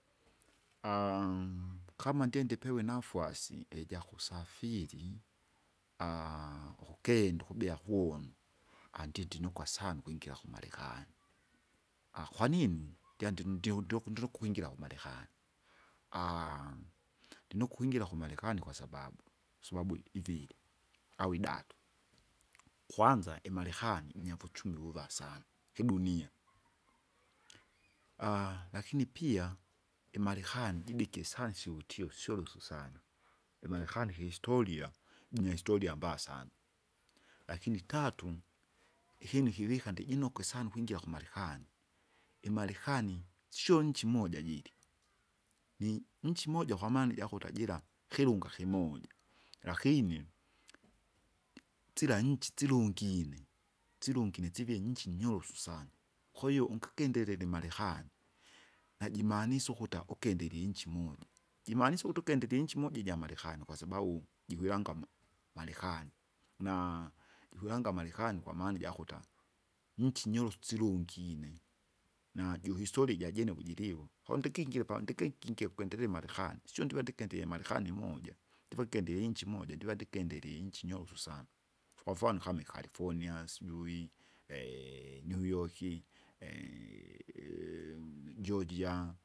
kama ndio ndipewe inafwasi ijakusafiri ukukinda ukubia kuwa, andi tinukwa sana ukwingira kumarekani, akwanini? jandi nundiondio ndilukwingira kumarekani. ndinukwingira kumarekani kwasababu, sababu iviri au idatu; kwanza imarekani inyavuchumi vuva sana idunia lakini pia, imarekani jibike isani syotio syolosu sana, imarekani kihistoria, jinahistoria mbaa sana, lakini tatu, ikinu kivika ndijinokwa sana ukwingira kumarekani, imarekani sio nchi moja jili, ni nchi moja kwamaana ijakuta jira, kilunga kimoja lakini tsila nchi tsilungine, silungine sivye nchi nyorosu sana, kwahiyo ungakindile limarekani. Najimaanisha ukuta ukindile inchi moja, jimanise ukuti ukendele inchi moja ijamarekani kwasababu jikwilangamo, Marekani, naa jikwiranga Marekani kwamana ijakuta, nchi nyorosu, silungine, na juhistoria ijajene kujilivo, kondikingire pandikinkingie kwindeiri Marekani, sio ndive ndikindie imarekani moja. Ndive nkindie iinchi moja ndiva ndikindelie inchi nyorosu sana. kwamfano kama ikarifonia sijui Neuyoki, Jojia.